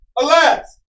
Alas